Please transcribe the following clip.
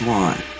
one